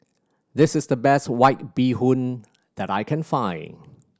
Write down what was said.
this is the best White Bee Hoon that I can find